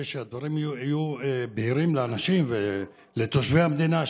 כדי שהדברים יהיו בהירים לאנשים ולתושבי המדינה,